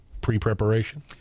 pre-preparation